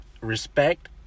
respect